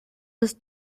des